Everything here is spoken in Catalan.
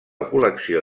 col·lecció